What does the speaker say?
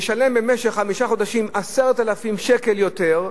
לשלם במשך חמישה חודשים 10,000 שקל יותר,